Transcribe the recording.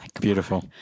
beautiful